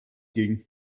ging